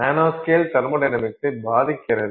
nanoscale தெர்மொடைனமிக்ஸை பாதிக்கிறது